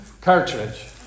Cartridge